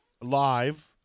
live